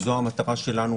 זו המטרה שלנו.